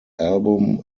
album